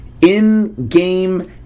in-game